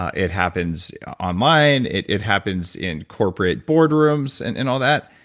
ah it happens online. it it happens in corporate board rooms and and all that.